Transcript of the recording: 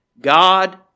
God